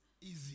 Easy